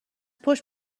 پشت